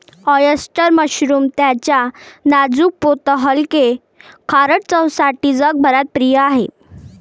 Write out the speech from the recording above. oyster mushroom त्याच्या नाजूक पोत हलके, खारट चवसाठी जगभरात प्रिय आहे